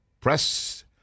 Press